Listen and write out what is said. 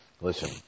listen